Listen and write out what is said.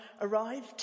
arrived